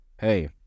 hey